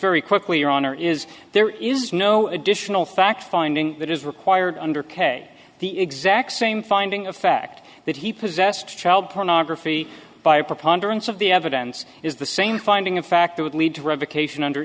very quickly your honor is there is no additional fact finding that is required under k the exact same finding of fact that he possessed child pornography by a preponderance of the evidence is the same finding of fact that would lead to revocation under